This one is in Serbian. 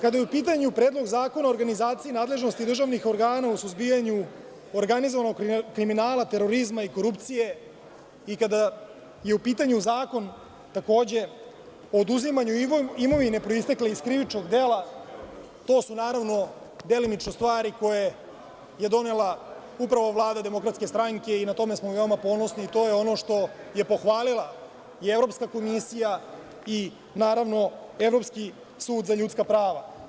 Kada je u pitanju Predlog zakona o organizaciji nadležnosti državnih organa u suzbijanju organizovanog kriminala, terorizma i korupcije i kada je u pitanju Zakon o oduzimanju imovine proistekle iz krivičnog dela, to su naravno delimično stvari koje je donela upravo Vlada DS i na tome smo veoma ponosni, i to je ono što je pohvalila Evropska komisija i, naravno, Evropski sud za ljudska prava.